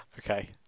Okay